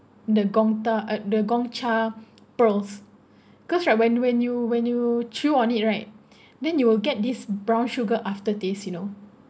the gong~ uh the Gongcha pearls cause right when when you when you chew on it right then you will get this brown sugar after taste you know